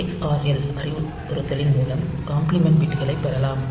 xrl அறிவுறுத்தலின் மூலம் complement பிட்களைப் பெறலாம்